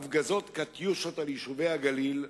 הפגזות "קטיושות" על יישובי הגליל,